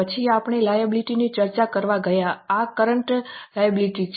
પછી આપણે લાયબિલિટી ની ચર્ચા કરવા ગયા આ કરન્ટ લાયબિલિટી છે